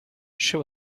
she